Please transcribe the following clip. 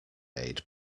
aid